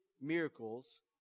miracles